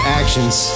actions